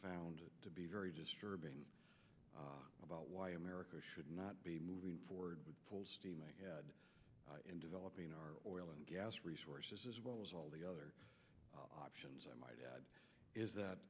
found to be very disturbing about why america should not be moving forward full steam ahead in developing our oil and gas resources as well as all the other options i might add is that